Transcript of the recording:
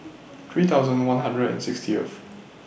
three thousand one hundred and sixtieth